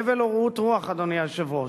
הבל ורעות רוח, אדוני היושב-ראש.